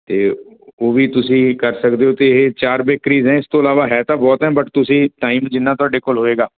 ਅਤੇ ਉਹ ਵੀ ਤੁਸੀਂ ਕਰ ਸਕਦੇ ਹੋ ਅਤੇ ਇਹ ਚਾਰ ਬੇਕਰੀਜ਼ ਹੈ ਇਸ ਤੋਂ ਇਲਾਵਾ ਹੈ ਤਾਂ ਬਹੁਤ ਹੈ ਬਟ ਤੁਸੀਂ ਟਾਈਮ ਜਿੰਨਾ ਤੁਹਾਡੇ ਕੋਲ ਹੋਏਗਾ